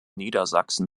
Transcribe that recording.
niedersachsen